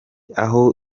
aho